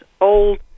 old